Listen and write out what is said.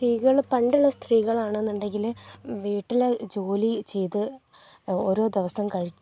സ്ത്രീകൾ പണ്ടുള്ള സ്ത്രീകളാണെന്നുണ്ടെങ്കിൽ വീട്ടിലെ ജോലി ചെയ്ത് ഓരോ ദിവസം കഴി